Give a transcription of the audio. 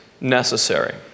necessary